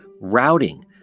routing